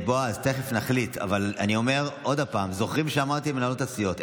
אבל אני אומר שוב: זוכרים שאמרתי למנהלות הסיעות?